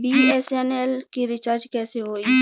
BSNL के recharge कैसे होयी?